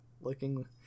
looking